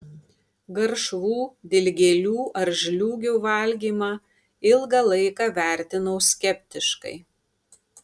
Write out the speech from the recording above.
garšvų dilgėlių ar žliūgių valgymą ilgą laiką vertinau skeptiškai